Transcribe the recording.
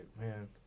man